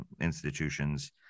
institutions